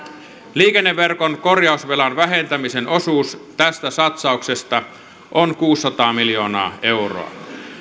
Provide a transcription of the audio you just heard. liikenneverkon korjausvelan vähentämisen osuus tästä satsauksesta on kuusisataa miljoonaa euroa